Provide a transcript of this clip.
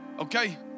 Okay